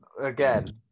again